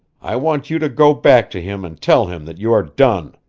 i want you to go back to him and tell him that you are done.